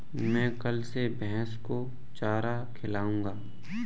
मैं कल से भैस को चारा खिलाऊँगा